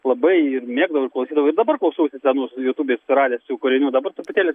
labai mėgdavau ir klausydavau ir dabar klausausi senus jutūbėj susiradęs jų kūrinių dabar truputėlį